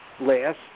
last